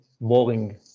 boring